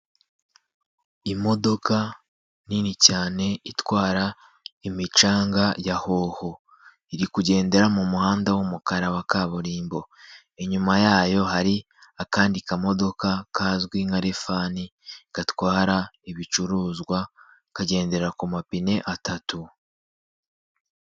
Imodoka nini cyane itwara imicanga ya hoho, iri kugendera m'umuhanda w'umukara wa kaburimbo, inyuma yayo hari akandi kamodoka kazwi nka rifani gatwara ibicuruzwa kagendera ku mapine atatu.